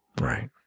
Right